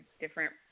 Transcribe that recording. different